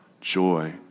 joy